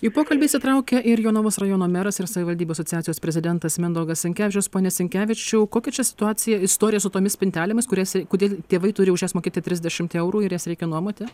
į pokalbį įsitraukė ir jonavos rajono meras ir savivaldybių asociacijos prezidentas mindaugas sinkevičius pone sinkevičiau kokia čia situacija istorija su tomis spintelėmis kurias kodėl tėvai turi už jas mokėti trisdešimt eurų ir jas reikia nuomoti